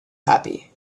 happy